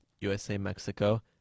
USA-Mexico